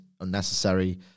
unnecessary